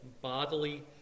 Bodily